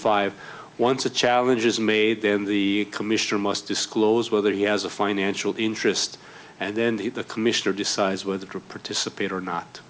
five once a challenge is made then the commissioner must disclose whether he has a financial interest and then the commissioner decides whether to participate or not